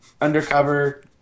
undercover